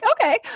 okay